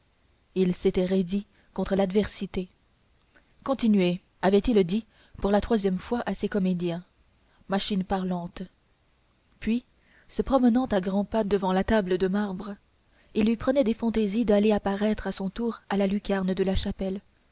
il s'était roidi contre l'adversité continuez avait-il dit pour la troisième fois à ses comédiens machines parlantes puis se promenant à grands pas devant la table de marbre il lui prenait des fantaisies d'aller apparaître à son tour à la lucarne de la chapelle